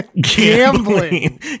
gambling